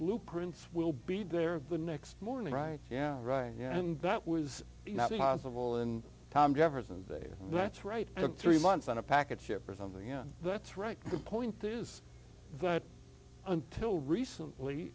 blueprints will be there the next morning right yeah right yeah and that was not possible in time devers of the that's right at three months on a package ship or something yeah that's right the point is that until recently